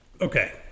okay